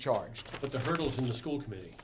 charged with the hurdles in the school committee